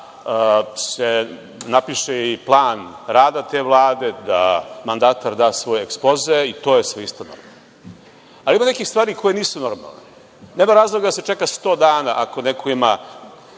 se napiše i plan rada te Vlade, da mandatar da svoj ekspoze i to je sve ispravno. Ima nekih stvari koje nisu normalne. Nema razloga da se čeka sto dana ako neko ima